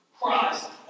Christ